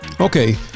Okay